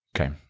Okay